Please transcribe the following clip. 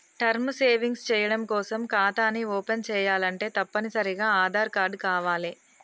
term savings చెయ్యడం కోసం ఖాతాని ఓపెన్ చేయాలంటే తప్పనిసరిగా ఆదార్ కార్డు కావాలే